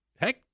heck